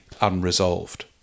unresolved